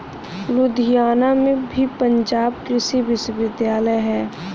लुधियाना में भी पंजाब कृषि विश्वविद्यालय है